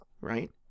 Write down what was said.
right